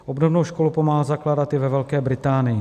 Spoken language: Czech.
Obdobnou školu pomáhal zakládat i ve Velké Británii.